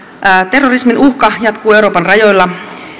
terrorismin uhka jatkuu euroopan rajoilla